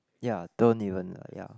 ya don't even like ya